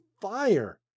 fire